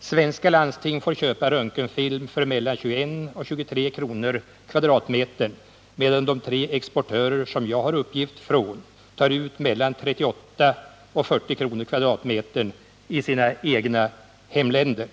Svenska landsting får köpa röntgenfilm för mellan 21 och 23 kr. m?i sina egna hemländer.